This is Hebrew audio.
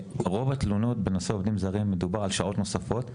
שרוב התלונות בנושא עובדים זרים הן על שעות נוספות,